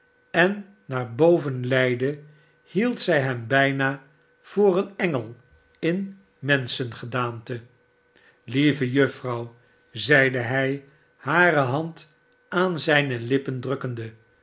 en naar boven leidde hield zij hem bijna voor een engel in menschengedaante lieve juffrouw zeide hij hare hand aan zijne lippen drukkende